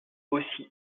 aussi